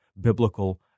biblical